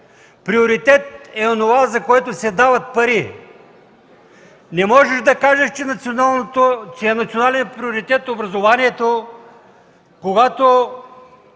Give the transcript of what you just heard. Приоритет е онова, за което се дават пари. Не можеш да кажеш, че е национален приоритет образованието, когато